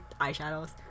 Eyeshadows